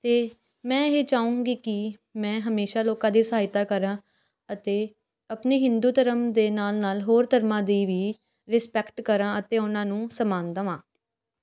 ਅਤੇ ਮੈਂ ਇਹ ਚਾਹੁੰਗੀ ਕਿ ਮੈਂ ਹਮੇਸ਼ਾਂ ਲੋਕਾਂ ਦੀ ਸਹਾਇਤਾ ਕਰਾਂ ਅਤੇ ਆਪਣੇ ਹਿੰਦੂ ਧਰਮ ਦੇ ਨਾਲ ਨਾਲ ਹੋਰ ਧਰਮਾਂ ਦੀ ਵੀ ਰਿਸਪੈਕਟ ਕਰਾਂ ਅਤੇ ਉਨ੍ਹਾਂ ਨੂੰ ਸਨਮਾਨ ਦੇਵਾਂ